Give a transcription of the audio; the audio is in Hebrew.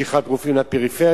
משיכת רופאים לפריפריה.